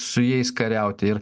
su jais kariauti ir